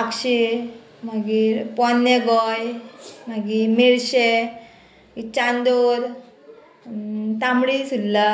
आक्षी मागीर पोन्ने गोंय मागीर मिरशे चांदोर तांबडी सुल्ला